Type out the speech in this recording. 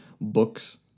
books